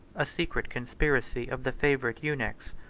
a secret conspiracy of the favorite eunuchs,